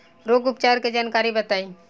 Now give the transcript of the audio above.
रोग उपचार के जानकारी बताई?